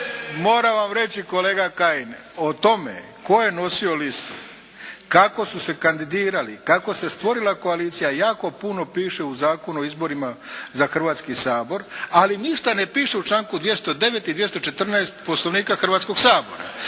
moram vam reći kolega Kajin. O tome tko je nosio listu, kako su se kandidirali, kako se stvorila koalicija jako puno piše u Zakonu o izborima za Hrvatski sabor, ali ništa ne piše u članku 209. i 214. Poslovnika Hrvatskog sabora.